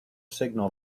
signal